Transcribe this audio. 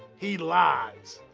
he lies.